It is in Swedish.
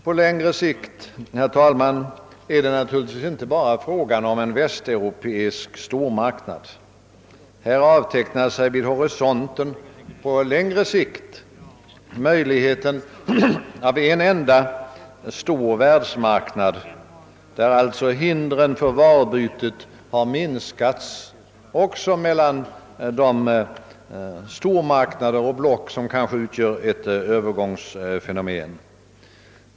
På längre sikt, herr talman, är det naturligtvis inte bara fråga om en västeuropeisk stormarknad. Här avtecknar sig vid horisonten möjligheten av en enda stor världsmarknad, där hindren för varubytet mellan de stormarknader och block som kanske utgör ett övergångsfenomen minskats.